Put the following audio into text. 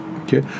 okay